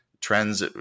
Trends